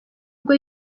ubwo